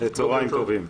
צהרים טובים.